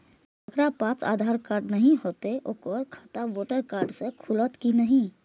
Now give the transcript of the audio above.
जकरा पास आधार कार्ड नहीं हेते ओकर खाता वोटर कार्ड से खुलत कि नहीं?